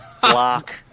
Block